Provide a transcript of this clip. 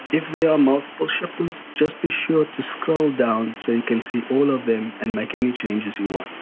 if there are multiple shipments just be sure to scroll down so you can see all of them and make any changes you want.